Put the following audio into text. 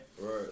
Right